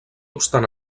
obstant